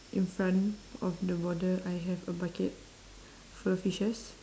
in front of the border I have a bucket for the fishes